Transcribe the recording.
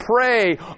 pray